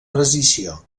precisió